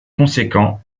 conséquent